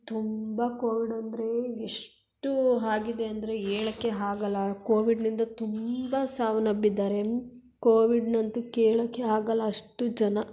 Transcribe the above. ತುಂಬ ಕೋವಿಡ್ ಅಂದರೆ ಎಷ್ಟು ಆಗಿದೆ ಅಂದರೆ ಹೇಳಕೆ ಆಗಲ್ಲ ಕೋವಿಡ್ನಿಂದ ತುಂಬ ಸಾವನ್ನಪ್ಪಿದ್ದಾರೆ ಕೋವಿಡ್ನಂತೂ ಕೇಳೋಕ್ಕೆ ಆಗಲ್ಲ ಅಷ್ಟು ಜನ